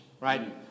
right